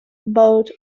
vote